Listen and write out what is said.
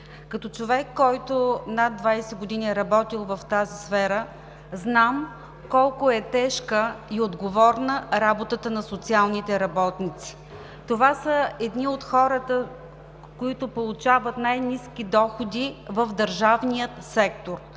Като човек, който над 20 години е работил в тази сфера, знам колко е тежка и отговорна работата на социалните работници. Това са едни от хората, които получават най-ниски доходи в държавния сектор.